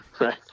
right